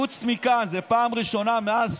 חוץ מכאן, זו פעם ראשונה מאז